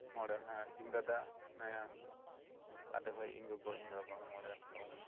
ᱢᱚᱬᱮ ᱦᱮᱸ ᱤᱧ ᱫᱟᱫᱟ ᱦᱮᱱᱟᱭᱟ ᱟᱞᱮ ᱵᱷᱟᱹᱭ ᱤᱧ ᱜᱚᱜᱚ ᱤᱧ ᱵᱟᱵᱟ ᱢᱚᱬᱮ ᱦᱚᱲ